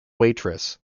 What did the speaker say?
waitress